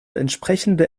entsprechende